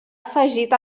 afegit